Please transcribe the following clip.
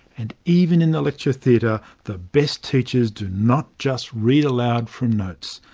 and even in the lecture theatre, the best teachers do not just read aloud from notes.